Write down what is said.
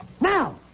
Now